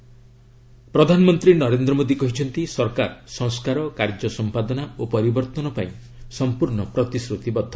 PM ପ୍ରଧାନମନ୍ତ୍ରୀ ନରେନ୍ଦ୍ର ମୋଦି କହିଛନ୍ତି ସରକାର ସଂସ୍କାର କାର୍ଯ୍ୟ ସମ୍ପାଦନା ଓ ପରିବର୍ତ୍ତନ ପାଇଁ ସମ୍ପର୍ଶ୍ଣ ପ୍ରତିଶ୍ରତିବଦ୍ଧ